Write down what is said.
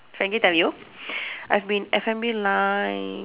frankly tell you I've been in F&B line